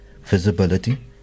visibility